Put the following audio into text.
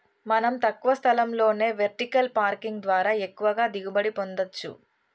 మనం తక్కువ స్థలంలోనే వెర్టికల్ పార్కింగ్ ద్వారా ఎక్కువగా దిగుబడి పొందచ్చు